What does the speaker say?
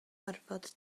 orfod